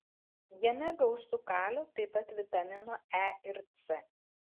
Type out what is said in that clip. jame gausu kalio taip pat vitaminų e ir c